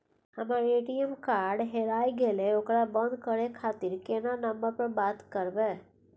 हमर ATM card हेराय गेले ओकरा बंद करे खातिर केना नंबर पर बात करबे?